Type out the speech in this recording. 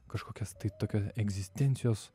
kažkokias tai tokios egzistencijos